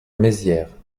mézières